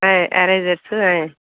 ఆయ్ ఎరేజర్సు ఆయ్